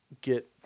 get